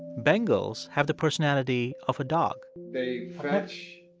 bengals have the personality of a dog they fetch